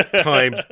time